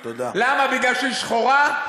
למה, כי היא שחורה?